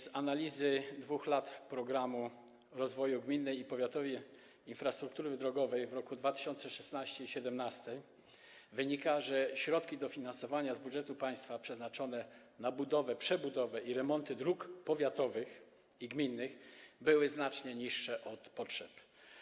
Z analizy 2 lat realizacji „Programu rozwoju gminnej i powiatowej infrastruktury drogowej” w latach 2016 i 2017 wynika, że środki dofinansowania z budżetu państwa przeznaczone na budowę, przebudowę i remonty dróg powiatowych i gminnych były znacznie mniejsze od potrzeb.